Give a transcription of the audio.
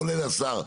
כולל השר,